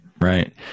Right